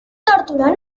tórtora